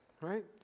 right